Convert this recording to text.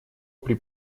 при